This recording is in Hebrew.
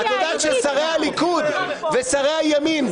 את יודעת ששרי הליכוד ושרי הימין,